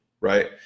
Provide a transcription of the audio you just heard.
right